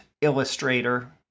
illustrator